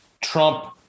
Trump